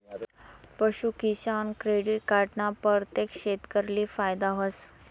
पशूकिसान credit card ना परतेक शेतकरीले फायदा व्हस